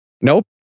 Nope